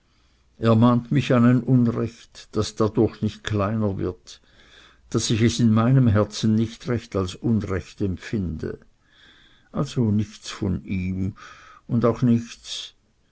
mich an ein unrecht das dadurch nicht kleiner wird daß ich es in meinem herzen nicht recht als unrecht empfinde also nichts von ihm und auch nichts